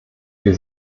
wir